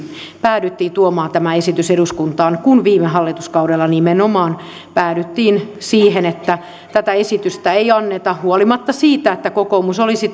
päädyttiin tuomaan tämä esitys eduskuntaan kun viime hallituskaudella nimenomaan päädyttiin siihen että tätä esitystä ei anneta huolimatta siitä että kokoomus olisi